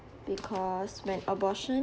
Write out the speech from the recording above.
because when abortion